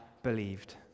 believed